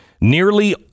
Nearly